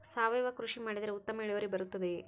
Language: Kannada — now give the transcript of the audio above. ಸಾವಯುವ ಕೃಷಿ ಮಾಡಿದರೆ ಉತ್ತಮ ಇಳುವರಿ ಬರುತ್ತದೆಯೇ?